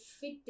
fit